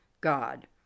god